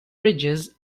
bridges